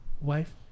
wife